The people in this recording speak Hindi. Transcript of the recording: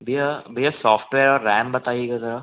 भैया भैया सॉफ़्टवेयर और रैम बताइएगा ज़रा